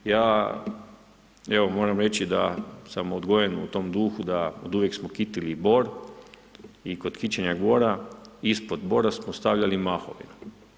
Ja evo moram reći da sam odgojen u tom duhu da uvijek smo kitili bor i kod kićenja bora ispod bora smo stavljali mahovinu.